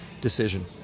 decision